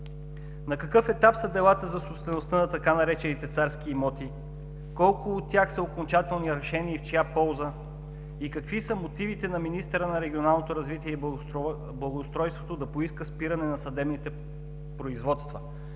на какъв етап са делата за собствеността на така наречените „царски имоти“; колко от тях са окончателно решени и в чия полза; какви са мотивите на министъра на регионалното развитие и благоустройството да поиска спиране на съдебните производства?